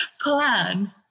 plan